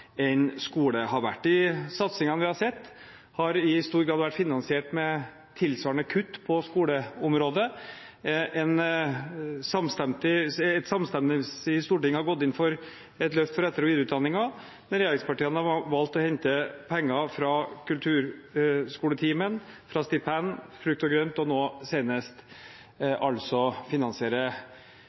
en større vinner i budsjettkonferansene og i profilkonferansene til regjeringen enn skole har vært. De satsingene vi har sett, har i stor grad vært finansiert med tilsvarende kutt på skoleområdet. Et samstemmig storting har gått inn for et løft for etter- og videreutdanningen, men regjeringspartiene har valgt å hente penger fra kulturskoletimen, fra stipend, fra frukt og grønt og nå